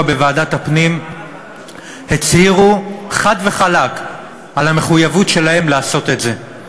בוועדת הפנים הצהירו חד וחלק על המחויבות שלהם לעשות את זה.